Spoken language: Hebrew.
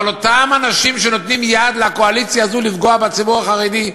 אבל אותם אנשים שנותנים יד לקואליציה הזו לפגוע בציבור החרדי,